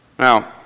Now